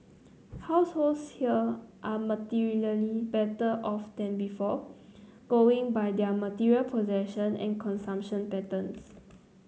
households here are materially better off than before going by their material possession and consumption patterns